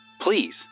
Please